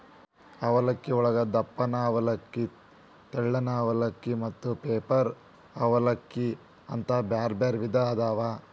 ಅವಲಕ್ಕಿಯೊಳಗ ದಪ್ಪನ ಅವಲಕ್ಕಿ, ತೆಳ್ಳನ ಅವಲಕ್ಕಿ, ಮತ್ತ ಪೇಪರ್ ಅವಲಲಕ್ಕಿ ಅಂತ ಬ್ಯಾರ್ಬ್ಯಾರೇ ವಿಧ ಅದಾವು